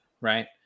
right